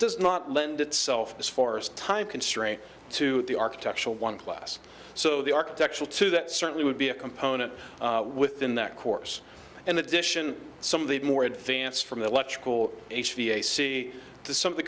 does not lend itself this force time constraint to the architectural one class so the architectural to that certainly would be a component within that course in addition some of the more advanced from electrical h v a c to some of the